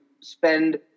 spend